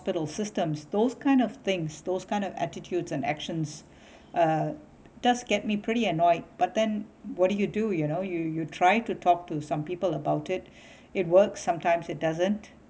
hospital systems those kind of things those kind of attitudes and actions uh does get me pretty annoyed but then what do you do you know you you try to talk to some people about it it works sometimes it doesn't